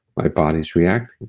my body's reacting.